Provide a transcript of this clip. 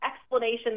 explanation